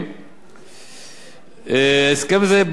בעלות 600 מיליון שקלים על פני עשר שנים,